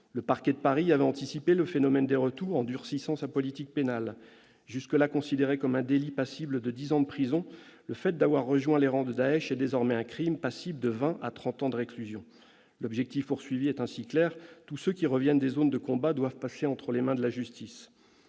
Le parquet de Paris avait anticipé le phénomène des retours en durcissant sa politique pénale : jusque-là considéré comme un délit passible de dix ans de prison, le fait d'avoir rejoint les rangs de Daech est désormais un crime passible de vingt ans à trente ans de réclusion. L'objectif est clair : tous ceux qui reviennent des zones de combat doivent passer entre les mains de la justice.